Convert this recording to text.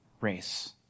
race